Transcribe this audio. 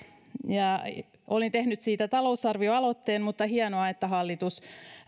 olen tehnyt siitä talousarvioaloitteen mutta on hienoa että hallitus